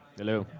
hello,